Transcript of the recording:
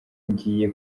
ngiye